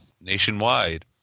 nationwide